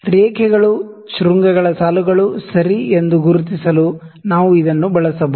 ರೇಖೆಗಳು ವೆರ್ಟಿಸಸ್ ಗುರುತಿಸಲು ನಾವು ಇದನ್ನು ಬಳಸಬಹುದು